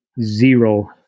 zero